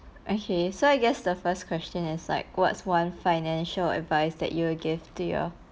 okay so I guess the first question is like what's one financial advice that you will give to your